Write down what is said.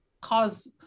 cause